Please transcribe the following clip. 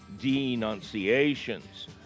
denunciations